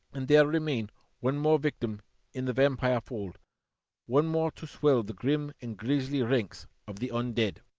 and there remain one more victim in the vampire fold one more to swell the grim and grisly ranks of the un-dead.